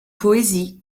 poésie